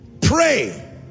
pray